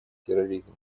терроризм